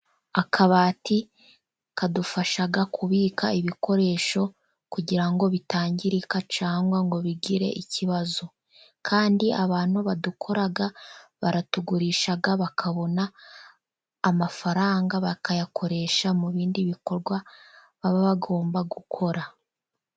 Akabati kadufasha kubika ibikoresho kugira bitangirika cyangwa ngo bigire ikibazo. Kandi abantu badukora baratugurisha bakabona amafaranga, bakayakoresha mu bindi bikorwa baba bagomba gukora.